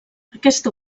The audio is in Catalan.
aquesta